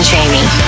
Jamie